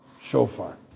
shofar